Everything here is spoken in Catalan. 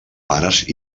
pares